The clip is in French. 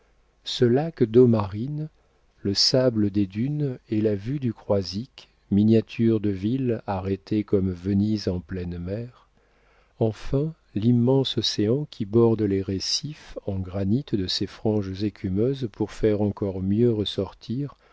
ce lac d'eau marine le sable des dunes et la vue du croisic miniature de ville arrêtée comme venise en pleine mer enfin l'immense océan qui borde les rescifs en granit de ses franges écumeuses pour faire encore mieux ressortir